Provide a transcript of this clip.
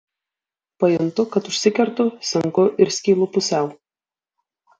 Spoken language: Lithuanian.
pajuntu kad užsikertu senku ir skylu pusiau